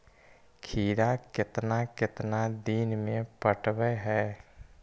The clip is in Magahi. खिरा केतना केतना दिन में पटैबए है?